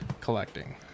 collecting